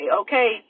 okay